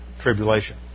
tribulation